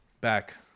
Back